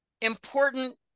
important